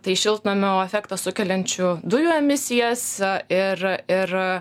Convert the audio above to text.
tai šiltnamio efektą sukeliančių dujų emisijas ir ir